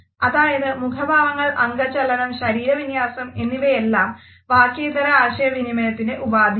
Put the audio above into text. അതായത് മുഖഭാവങ്ങൾ അംഗചലനം ശരീര വിന്യാസം എന്നിവയെല്ലാം വാക്യേതര ആശയവിനിമയത്തിൻറെ ഉപാധികളാണ്